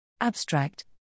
Abstract